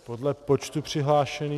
Podle počtu přihlášených...